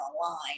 online